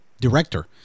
director